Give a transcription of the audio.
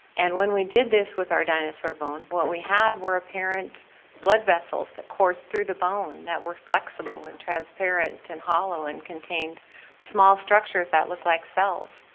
and when we did this with our dinosaur bone, what we had were apparent blood vessels that coursed through the bone that were flexible, and transparent, and hollow and contained small structures that looked like cells.